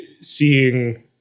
seeing